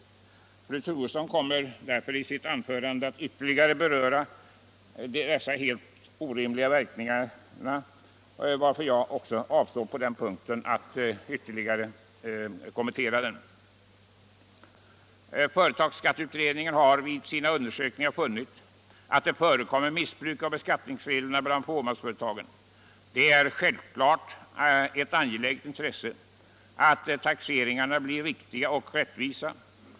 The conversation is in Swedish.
Fru Troedsson kommer emellertid i sitt anförande att ytterligare beröra dessa helt orimliga verkningar, varför jag också avstår från att närmare beröra den frågan. Företagsskatteberedningen har vid sina undersökningar funnit att det förekommer missbruk av beskattningsreglerna bland fåmansföretagen. Det är givetvis ett angeläget intresse att taxeringarna blir riktiga och rättvisa.